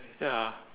ya